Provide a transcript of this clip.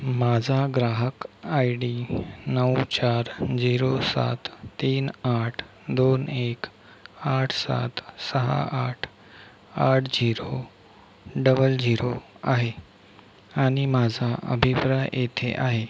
माझा ग्राहक I D नऊ चार झिरो सात तीन आठ दोन एक आठ सात सहा आठ आठ झिरो डबल झिरो आहे आणि माझा अभिप्रय येथे आहे